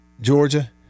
Georgia